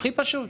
הכי פשוט.